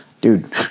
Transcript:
Dude